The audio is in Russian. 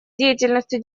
деятельностью